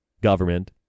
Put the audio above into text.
government